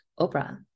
Oprah